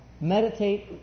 Meditate